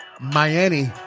Miami